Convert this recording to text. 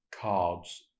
cards